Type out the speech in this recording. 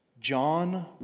John